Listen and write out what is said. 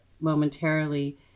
momentarily